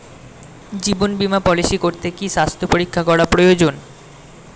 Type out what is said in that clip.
জীবন বীমা পলিসি করতে কি স্বাস্থ্য পরীক্ষা করা প্রয়োজন?